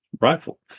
rifle